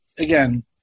again